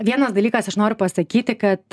vienas dalykas aš noriu pasakyti kad